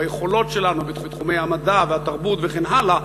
ביכולות שלנו בתחומי המדע והתרבות וכן הלאה,